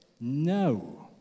No